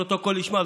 הפרוטוקול ישמע,